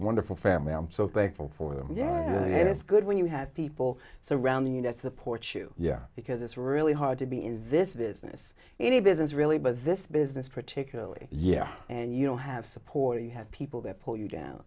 wonderful family i'm so thankful for them and it's good when you have people surrounding you that support you yeah because it's really hard to be in this business any business really but this business particularly yeah and you know have support you had people that pull you down